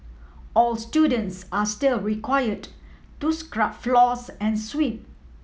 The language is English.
all students are still required to scrub floors and sweep